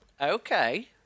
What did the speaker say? Okay